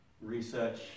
research